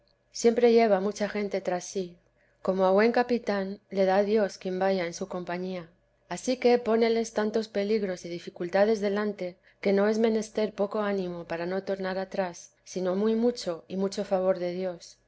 siempre lleva mucha gente tras sí como a buen capitán le da dios quien vaya en su compañía ansí que póneles tantos peligros y dificultades delante que no es menester poco ánimo para no tornar atrás sino muy mucho y mucho favor de dios